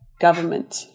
Government